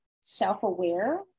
self-aware